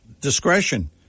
discretion